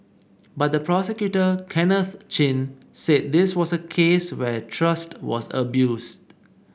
but the prosecutor Kenneth Chin said this was a case where trust was abused